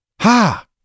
ha